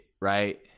right